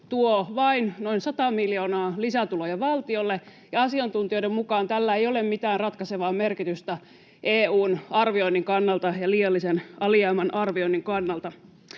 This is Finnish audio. tuo vain noin 100 miljoonaa lisätuloja valtiolle, ja asiantuntijoiden mukaan tällä ei ole mitään ratkaisevaa merkitystä EU:n arvioinnin kannalta ja liiallisen alijäämän arvioinnin kannalta.